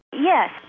Yes